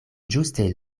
ĝuste